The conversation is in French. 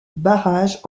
barrage